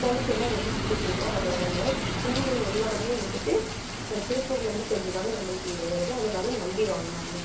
whole சேலாக வந்து விற்றுட்ருக்கோம் அவ்வளோதாங்க துணி மணி எல்லாமே வந்துட்டு திருப்பூர்லேருந்து செஞ்சுதாங்க நம்மளுக்கு இங்கே வருது அதனால் நம்பி வாங்கலாங்க